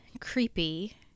Creepy